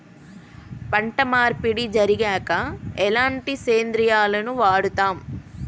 పంట మార్పిడి జరిగాక ఎలాంటి సేంద్రియాలను వాడుతం?